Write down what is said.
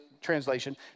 translation